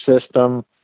system